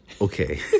Okay